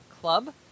club